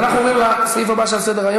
אז אנחנו עוברים לסעיף הבא שעל סדר-היום,